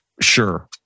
sure